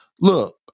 look